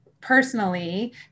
personally